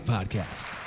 Podcast